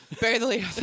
barely